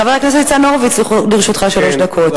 חבר הכנסת ניצן הורוביץ, לרשותך שלוש דקות.